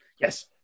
Yes